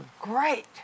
great